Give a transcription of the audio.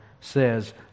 says